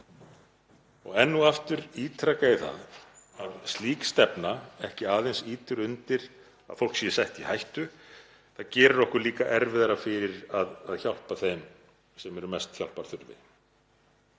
Og enn og aftur ítreka ég það að slík stefna ýtir ekki aðeins undir að fólk sé sett í hættu heldur gerir okkur líka erfiðara fyrir að hjálpa þeim sem eru mest hjálparþurfi.